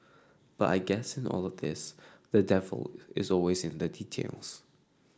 but I guess in all the this the devil is always in the details